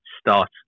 start